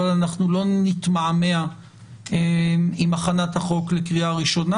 אבל לא נתמהמה עם הכנת החוק לקריאה ראשונה